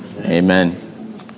Amen